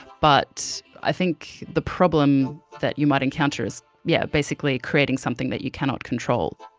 but i think the problem that you might encounter is yeah basically creating something that you cannot control.